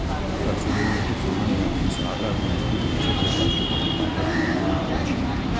कसूरी मेथी सामान्य मेथी सं अलग मेथी होइ छै, जेकर सूखल पातक उपयोग होइ छै